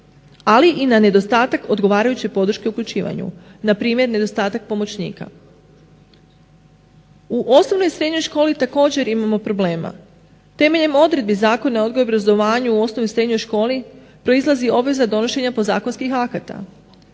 Ali i na nedostatak odgovarajuće podrške u uključivanja, npr. nedostatak pomoćnika. U osnovnoj i srednjoj školi također imamo problema. Temeljem odredbi Zakona o odgoju i obrazovanju u osnovnoj i srednjoj školi proizlazi obveza donošenja podzakonskih akata